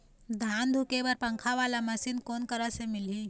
धान धुके बर पंखा वाला मशीन कोन करा से मिलही?